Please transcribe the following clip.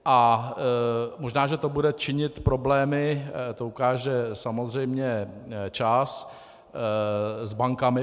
A možná, že to bude činit problémy, to ukáže samozřejmě čas, s bankami.